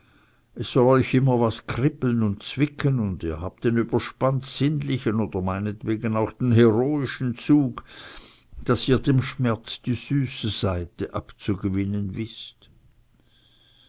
soll euch immer was kribbeln und zwicken und ihr habt den überspannt sinnlichen oder meinetwegen auch den heroischen zug daß ihr dem schmerz die süße seite abzugewinnen wißt